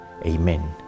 Amen